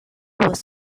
was